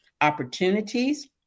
opportunities